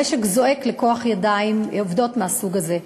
המשק זועק לידיים עובדות מהסוג הזה.